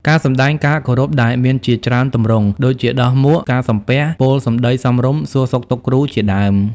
ការសម្តែងការគោរពដែលមានជាច្រើនទម្រង់ ដូចជាដោះមួក ការសំពះ ពោលសម្តីសមរម្យ សួរសុខទុក្ខគ្រូ ជាដើម។